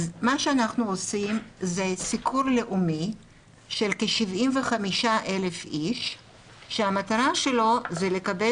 מה שאנחנו עושים זה סיקור לאומי של כ-75,000 איש שהמטרה שלו זה לקבל